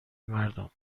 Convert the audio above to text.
مردم